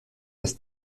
das